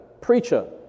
preacher